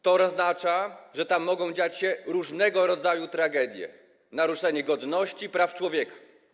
To oznacza, że tam mogą dziać się różnego rodzaju tragedie, naruszenie godności i praw człowieka.